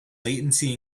latency